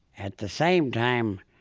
at the same time,